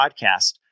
podcast